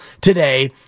today